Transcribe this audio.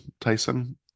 Tyson